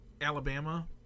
Alabama